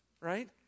right